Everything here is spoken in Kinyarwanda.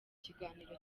kiganiro